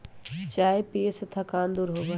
चाय पीये से थकान दूर होबा हई